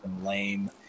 Lame